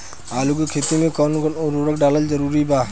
आलू के खेती मे कौन कौन उर्वरक डालल जरूरी बा?